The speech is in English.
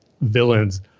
villains